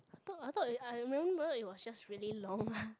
thought I thought I remember it was just really long